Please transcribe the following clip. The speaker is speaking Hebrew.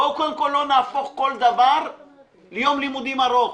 בואו קודם כול לא נהפוך כל דבר ליום לימודים ארוך.